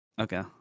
Okay